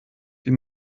die